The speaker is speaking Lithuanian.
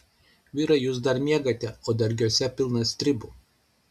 vyrai jūs dar miegate o dargiuose pilna stribų